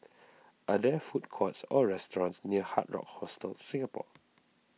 are there food courts or restaurants near Hard Rock Hostel Singapore